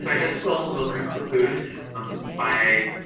so just will will conclude um by,